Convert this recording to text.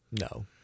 No